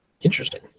Interesting